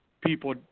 people